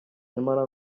nyamara